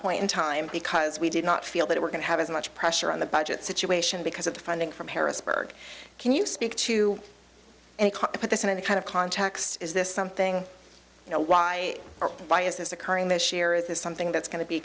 point in time because we did not feel that we're going to have as much pressure on the budget situation because of the funding from harrisburg can you speak to and put this in any kind of context is this something you know why or why is this occurring this year is this something that's go